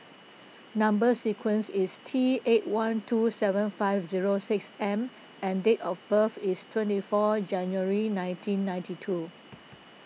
Number Sequence is T eight one two seven five zero six M and date of birth is twenty four January nineteen ninety two